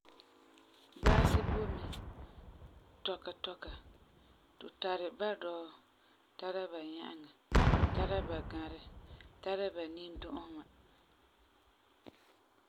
Baasi boi mɛ tɔka tɔka. Tu tari badɔɔ, tara banya'aŋa, tara bagãrɛ, tara banindu'usema.